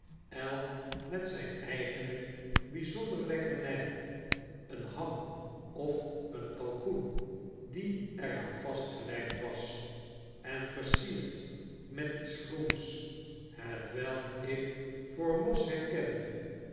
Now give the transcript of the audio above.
elk met zyn eigene byzondere lekkernj een ham of een kalkoen die er aan vastgelijmd was en versierd met iets groens hetwelk ik voor mos herkende